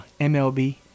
MLB